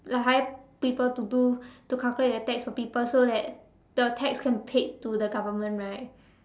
like hire people to do to calculate the tax for people so that the tax can be paid to the government right